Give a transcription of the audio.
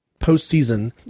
postseason